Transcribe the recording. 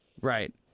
Right